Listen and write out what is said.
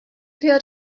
appeal